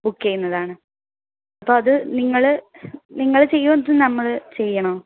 book ചെയ്യുന്നതാണ് അപ്പോൾ അത് നിങ്ങൾ നിങ്ങൾ ചെയ്യുമോ അതോ നമ്മൾ ചെയ്യണോ